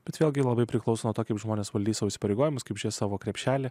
bet vėlgi labai priklauso nuo to kaip žmonės valdys savo įsipareigojimus kaip čia savo krepšelį